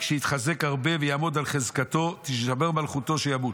"כשיתחזק הרבה ויעמוד על חזקתו תישבר מלכותו שימות".